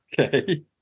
Okay